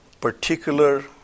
particular